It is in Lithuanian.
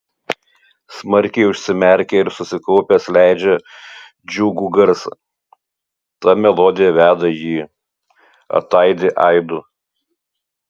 smarkiai užsimerkia ir susikaupęs leidžia džiugų garsą ta melodija veda jį ataidi aidu